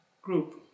group